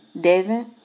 Devin